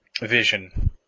vision